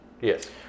Yes